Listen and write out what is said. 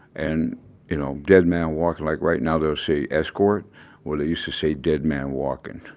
and you know dead man walking, like right now they'll say escort where they used to say dead man walking.